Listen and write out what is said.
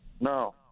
no